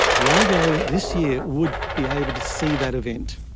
ligo this year would be able to see that event.